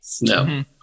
no